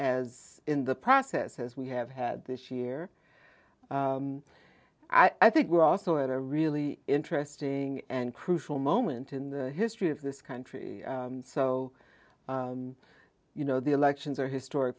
as in the process as we have had this year i think we're also at a really interesting and crucial moment in the history of this country so you know the elections are historic